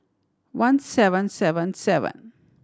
one seven seven seven